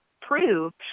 prove